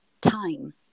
time